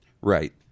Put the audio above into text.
Right